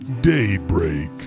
daybreak